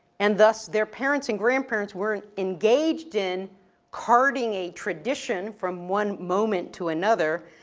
and thus, their parents and grandparents weren't engaged in carting a tradition from one moment to another,